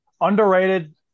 underrated